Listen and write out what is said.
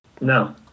no